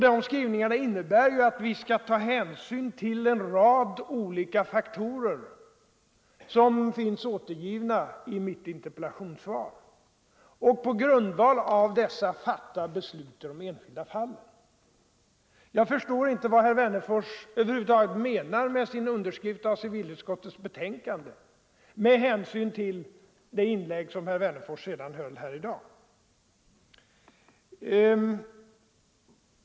Det innebär att vi skall ta hänsyn till en rad olika faktorer, som jag har återgivit i mitt interpellationssvar, och på grundval av dessa fatta beslut i de enskilda fallen. Jag förstår inte vad herr Wennerfors över huvud taget menade med sin underskrift av civilutskottets betänkande, sedan jag hört hans inlägg i dag.